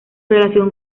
relación